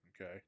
Okay